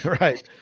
Right